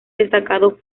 destacado